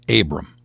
Abram